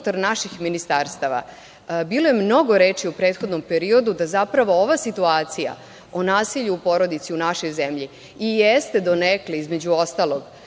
bilo je mnogo reči u prethodnom periodu, da zapravo ova situacija o nasilju u porodici u našoj zemlji i jeste donekle, između ostalog,